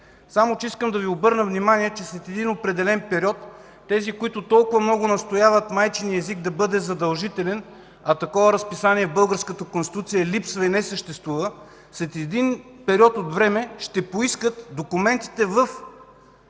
обаче да Ви обърна внимание, че след един определен период тези, които толкова много настояват майчиният език да бъде задължителен, а такова разписание в Българската конституция липсва и не съществува, след период от време ще поискат документите в